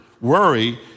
worry